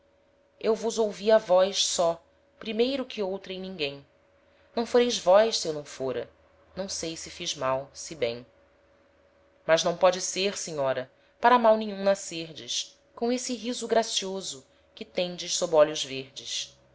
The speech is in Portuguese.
eu vos ouvi a vós só primeiro que outrem ninguem não foreis vós se eu não fôra não sei se fiz mal se bem mas não póde ser senhora para mal nenhum nascerdes com esse riso gracioso que tendes sob olhos verdes